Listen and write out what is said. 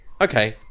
okay